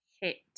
hit